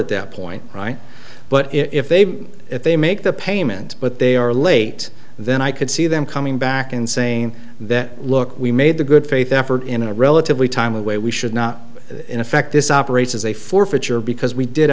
at that point right but if they if they make the payment but they are late then i could see them coming back and saying that look we made the good faith effort in a relatively timely way we should not in effect this operates as a forfeiture because we did